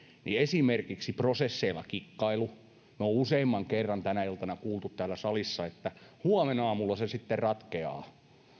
niin esimerkiksi prosesseilla kikkailu me olemme useamman kerran tänä iltana kuulleet täällä salissa että huomenaamulla se sitten ratkeaa